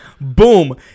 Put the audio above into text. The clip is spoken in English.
Boom